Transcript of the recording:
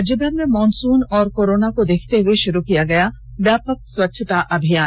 राज्यभर में मॉनसून और कोरोना को देखते हुए शुरू किया गया व्यापक स्वच्छता अभियान